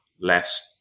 less